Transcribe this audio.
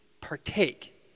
partake